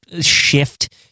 shift